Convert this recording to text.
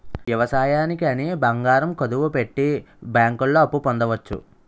వ్యవసాయానికి అని బంగారం కుదువపెట్టి బ్యాంకుల్లో అప్పు పొందవచ్చు